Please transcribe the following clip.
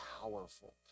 powerful